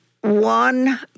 one